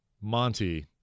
Monty